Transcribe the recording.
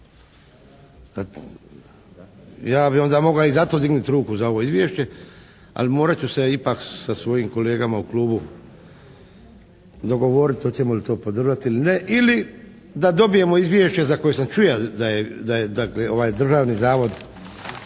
ja bih onda mogao i za to dignuti ruku za ovo izvješće ali morat ću se ipak sa svojim kolegama u Klubu dogovoriti hoćemo li to podržati ili ne? Ili da dobijemo izvješće za koje sam čuo da je dakle ovaj Državni zavod